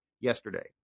yesterday